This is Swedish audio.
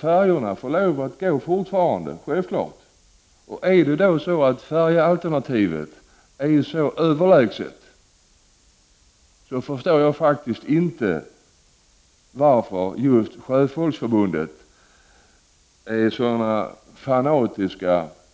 Färjorna får självfallet fortfarande gå. Om färjealternativet är så överlägset, förstår jag faktiskt inte varför just Sjöfolksförbundet är en så fanatisk